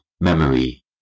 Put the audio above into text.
memory